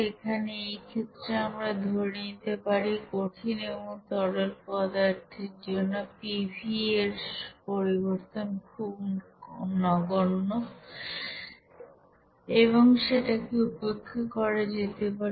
এখানে এই ক্ষেত্রে আমরা ধরে নিতে পারি কঠিন এবং তরল পদার্থের জন্য pV এর পরিবর্তন খুব নগণ্য এবং সেটাকে উপেক্ষা করা যেতে পারে